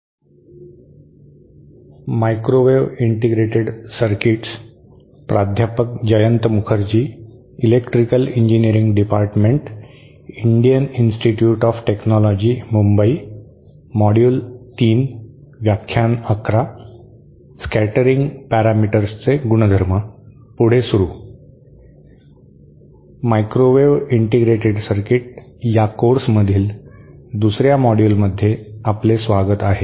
'microwave integrated circuit' या कोर्समधील दुसर्या मॉड्यूलमध्ये आपले स्वागत आहे